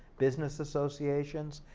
business associations.